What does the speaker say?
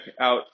out